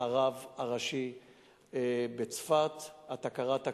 הרב הראשי בצפת, אתה קראת כמוני,